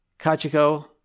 Kachiko